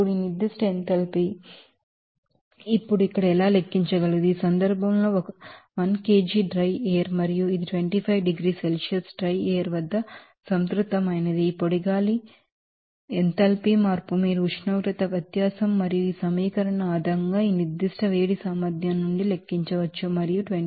ఇప్పుడు ఈ నిర్దిష్ట ఎంథాల్పీ ఇప్పుడు అక్కడ ఎలా లెక్కించగలదు ఈ సందర్భంలో 1 kgపొడి గాలి మరియు ఇది 25 డిగ్రీల సెల్సియస్ డ్రైయర్ వద్ద సంతృప్తమైనది ఈ పొడి గాలి ఎంథాల్పీ మార్పు మీరు ఉష్ణోగ్రత వ్యత్యాసం మరియు ఈ సమీకరణం ఆధారంగా ఈస్పెసిఫిక్ హీట్ కెపాసిటీ నుండి లెక్కించవచ్చు మరియు 25